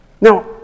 Now